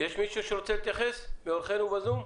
יש מישהו שרוצה להתייחס מאורחינו בזום?